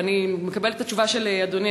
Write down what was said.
ואני מקבלת את התשובה של אדוני,